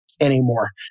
anymore